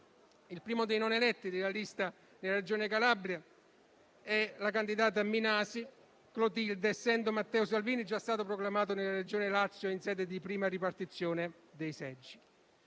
Il primo dei non eletti della lista nella Regione Calabria è la candidata Minasi Clotilde, essendo Matteo Salvini già stato proclamato nella Regione Lazio in sede di prima ripartizione dei seggi.